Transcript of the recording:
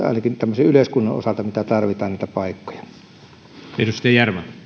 ainakin tämmöisen yleiskunnon osalta mihin tarvitaan niitä paikkoja